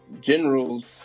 general's